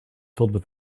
filled